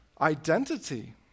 identity